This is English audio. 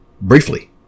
Briefly